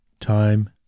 Time